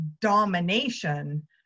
domination